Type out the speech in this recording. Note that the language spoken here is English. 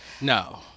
no